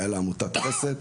היה לה עמותת חסד,